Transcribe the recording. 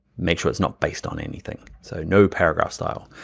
make sure it's not based on anything. so, no paragraph style.